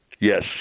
Yes